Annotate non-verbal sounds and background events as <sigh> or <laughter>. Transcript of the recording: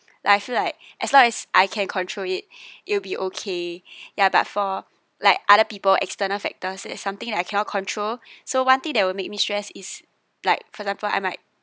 like I feel like as long as I can control it <breath> it'll be okay <breath> ya but for like other people external factors is something that I cannot control <breath> so one thing that will make me stress is like for example I might